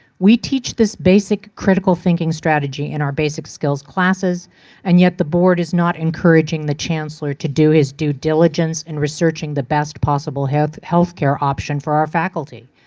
we teach this basic critical thinking strategy in the basic skills classes and yet the board is not encouraging the chancellor to do his due diligence in researching the best possible health health care option for our faculty.